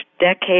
decade